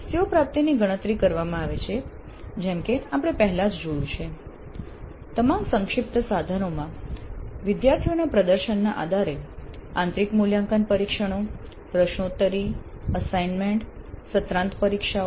CO પ્રાપ્તિની ગણતરી કરવામાં આવે છે જેમ કે આપણે પેહલા જ જોયું છે તમામ સંક્ષિપ્ત સાધનોમાં વિદ્યાર્થીઓના પ્રદર્શનના આધારે આંતરિક મૂલ્યાંકન પરીક્ષણો પ્રશ્નોત્તરી અસાઇનમેન્ટ સત્રાંત પરીક્ષાઓ